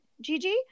Gigi